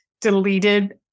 deleted